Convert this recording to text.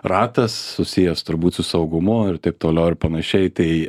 ratas susijęs turbūt su saugumu ir taip toliau ir panašiai tai